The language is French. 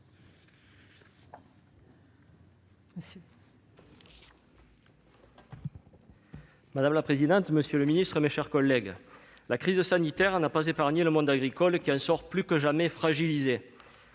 Madame la présidente, monsieur le ministre, mes chers collègues, la crise sanitaire n'a pas épargné le monde agricole, qui en sort plus que jamais fragilisé.